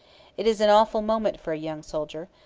it is an awful moment for a young soldier,